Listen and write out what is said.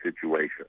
situation